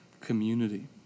community